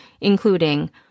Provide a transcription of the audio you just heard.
including